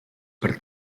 per